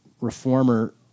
reformer